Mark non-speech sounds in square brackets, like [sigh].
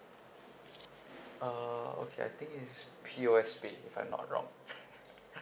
uh okay I think it's P_O_S_B if I'm not wrong [laughs]